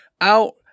out